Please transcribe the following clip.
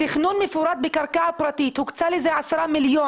תכנון מפורט בקרקע פרטית הוקצה לזה 10 מיליון.